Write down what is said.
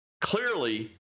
Clearly